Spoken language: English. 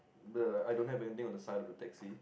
the I don't have anything on the side of the taxi